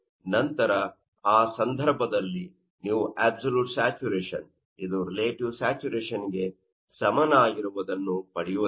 ನಂತರ ಆ ಸಂದರ್ಭದಲ್ಲಿ ನೀವು ಅಬ್ಸಲ್ಯೂಟ್ ಸ್ಯಾಚುರೇಶನ್ ಇದು ರಿಲೇಟಿವ್ ಸ್ಯಾಚುರೇಶನ್ ಗೆ ಸಮಾನವಾಗಿರುವುದನ್ನು ಪಡೆಯುವುದಿಲ್ಲ